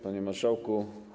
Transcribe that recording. Panie Marszałku!